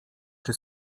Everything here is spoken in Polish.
czy